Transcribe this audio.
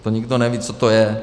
To nikdo neví, co to je.